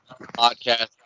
Podcast